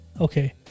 Okay